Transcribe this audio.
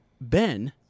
Ben